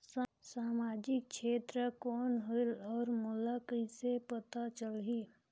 समाजिक क्षेत्र कौन होएल? और मोला कइसे पता चलही?